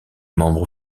membre